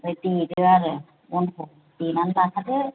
ओमफ्राय देदो आरो अनखौ देनानै लाखादो